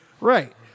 Right